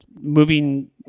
Moving